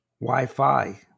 Wi-Fi